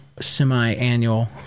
semi-annual